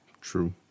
True